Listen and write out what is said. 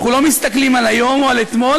אנחנו לא מסתכלים על היום או על אתמול,